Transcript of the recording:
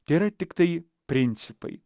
tėra tiktai principai